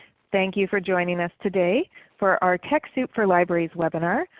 thank you for joining us today for our techsoup for libraries webinar.